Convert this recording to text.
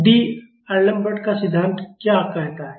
तो डीअलेम्बर्ट का सिद्धांत क्या कहता है